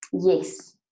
Yes